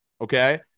okay